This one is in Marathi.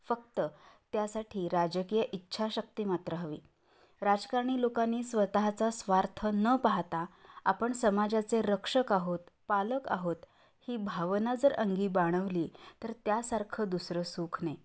फक्त त्यासाठी राजकीय इच्छाशक्ती मात्र हवी राजकारणी लोकांनी स्वतःचा स्वार्थ न पाहता आपण समाजाचे रक्षक आहोत पालक आहोत ही भावना जर अंगी बाणवली तर त्यासारखं दुसरं सुख नाही